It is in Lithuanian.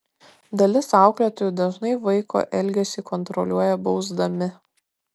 dalis auklėtojų dažnai vaiko elgesį kontroliuoja bausdami